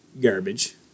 garbage